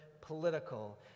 political